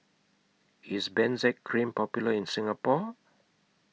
IS Benzac Cream Popular in Singapore